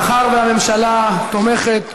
מאחר שהממשלה תומכת,